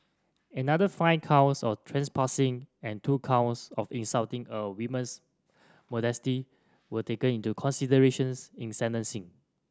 another five counts of trespassing and two counts of insulting a women's modesty were taken into considerations in sentencing